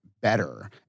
better